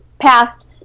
passed